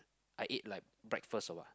I ate like breakfast a lot